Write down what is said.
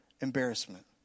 embarrassment